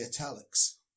italics